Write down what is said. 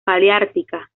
paleártica